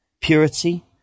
purity